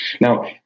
now